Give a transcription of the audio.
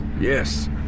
Yes